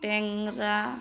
ট্যাংরা